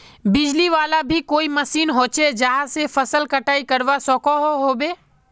बिजली वाला भी कोई मशीन होचे जहा से फसल कटाई करवा सकोहो होबे?